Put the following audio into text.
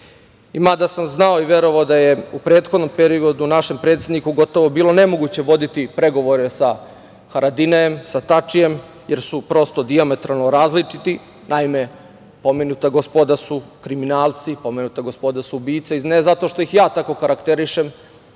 uradi. Mada sam znao i verovao da je u prethodnom periodu našem predsedniku gotovo bilo nemoguće voditi pregovore sa Haradinajem, sa Tačijem jer su prosto dijametralno različiti, naime pomenuta gospoda su kriminalci, pomenuta gospoda su ubice, ne zato što ih ja tako karakterišem